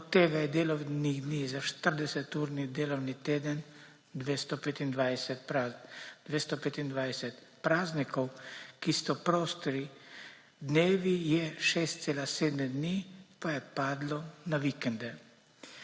od tega je delovnih dni za 40-urni delovni teden 225, praznikov, ki so prosti dnevi, je 6,7 dni pa je padlo na vikende.